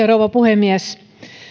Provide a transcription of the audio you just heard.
rouva puhemies